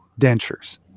dentures